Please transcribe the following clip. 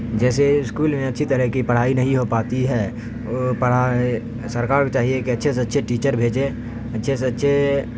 جیسے اسکول میں اچھی طرح کی پڑھائی نہیں ہو پاتی ہے سرکار کو چاہیے کہ اچھے سے اچھے ٹیچر بھیجے اچھے سے اچھے